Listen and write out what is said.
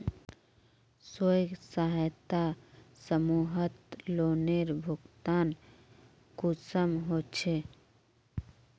स्वयं सहायता समूहत लोनेर भुगतान कुंसम होचे?